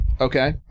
Okay